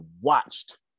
watched